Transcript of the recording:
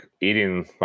eating